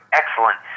excellent